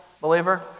believer